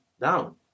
down